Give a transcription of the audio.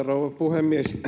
rouva puhemies